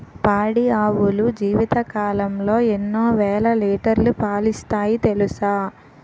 పాడి ఆవులు జీవితకాలంలో ఎన్నో వేల లీటర్లు పాలిస్తాయి తెలుసా